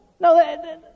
No